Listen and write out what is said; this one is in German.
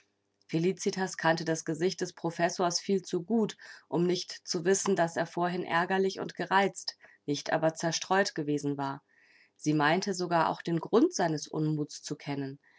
felicitas kannte das gesicht des professors viel zu gut um nicht zu wissen daß er vorhin ärgerlich und gereizt nicht aber zerstreut gewesen war sie meinte sogar auch den grund seines unmuts zu kennen